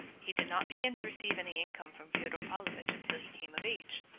he did not begin to receive any income from fyodor pavlovitch until he came of age,